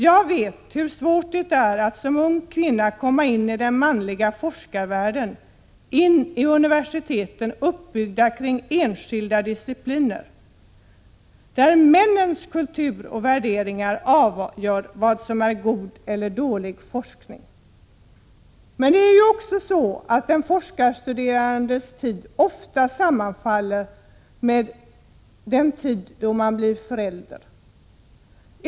Jag vet hur svårt det är att som ung kvinna komma in i den manliga forskarvärlden, in i universiteten som är uppbyggda kring enskilda discipliner, där männens kultur och värderingar avgör vad som är god eller dålig forskning. Men det är också så att en forskarstuderandes tid ofta sammanfaller med den tid då man blir förälder.